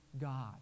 God